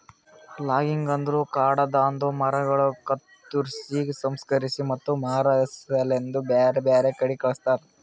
logging ಅಂದುರ್ ಕಾಡದಾಂದು ಮರಗೊಳ್ ಕತ್ತುರ್ಸಿ, ಸಂಸ್ಕರಿಸಿ ಮತ್ತ ಮಾರಾ ಸಲೆಂದ್ ಬ್ಯಾರೆ ಬ್ಯಾರೆ ಕಡಿ ಕಳಸ್ತಾರ